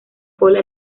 cola